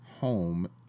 home